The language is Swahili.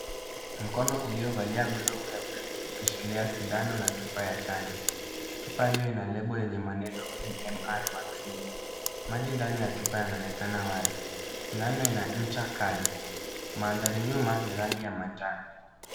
Mkono uliovalia glovu ya bluu ukishikilia sindano na chupa ya chanjo. Chupa hiyo ina lebo yenye maneno MMR Vaccine . Maji ndani ya chupa yanaonekana wazi, sindano ina ncha kali. Mandhari nyuma ni rangi ya manjano.